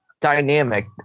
dynamic